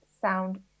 sound